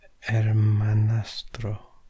hermanastro